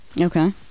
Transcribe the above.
Okay